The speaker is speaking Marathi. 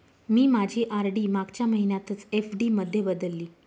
मी माझी आर.डी मागच्या महिन्यातच एफ.डी मध्ये बदलली